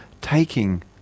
taking